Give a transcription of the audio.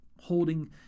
holding